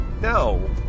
no